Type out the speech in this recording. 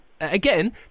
again